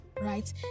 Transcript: right